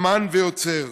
אמן ויוצר,